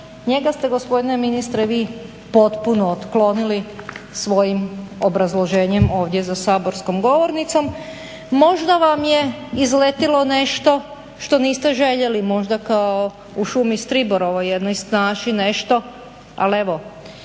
njega ste gospodine ministre vi potpuno otklonili svojim obrazloženjem ovdje za saborskom govornicom. Možda vam je izletilo nešto što niste željeli možda kao u Šumi striborovoj, jednoj snaši nešto ali evo.